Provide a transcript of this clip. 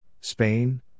Spain